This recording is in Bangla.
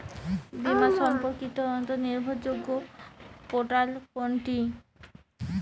বীমা সম্পর্কিত নির্ভরযোগ্য পোর্টাল কোনটি?